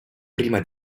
prima